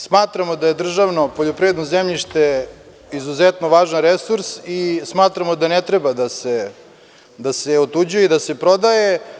Smatramo da je državno poljoprivredno zemljište izuzetno važan resurs i smatramo da ne treba da se otuđuje i da se prodaje.